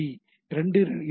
B 2 2 S